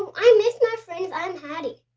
i miss my friends i'm hattie.